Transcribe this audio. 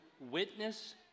witness